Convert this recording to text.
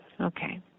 Okay